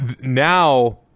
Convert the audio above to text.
now